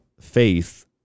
faith